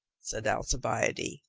said alcibiade.